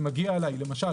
אם מגיע למשל,